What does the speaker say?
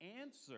answer